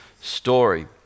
story